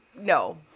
No